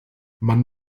man